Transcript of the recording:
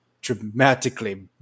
dramatically